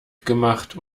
gemacht